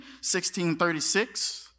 1636